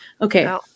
Okay